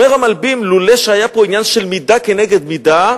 אומר המלבי"ם: לולא שהיה פה עניין של מידה כנגד מידה,